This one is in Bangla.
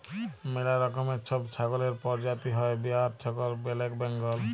ম্যালা রকমের ছব ছাগলের পরজাতি হ্যয় বোয়ার ছাগল, ব্যালেক বেঙ্গল